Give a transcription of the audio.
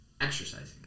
exercising